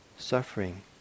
suffering